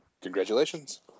Congratulations